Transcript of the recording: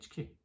HQ